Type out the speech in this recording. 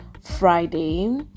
friday